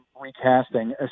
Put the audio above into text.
recasting